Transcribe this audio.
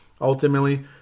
ultimately